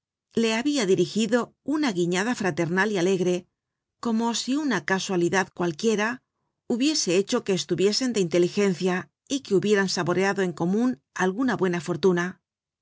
le habia dirigido una guiñada fraternal y alegre como si una casualidad cualquiera hubiese hecho que estuviesen de inteligencia y que hubieran saboreado en comun alguna buena fortuna